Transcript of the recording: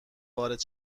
وارد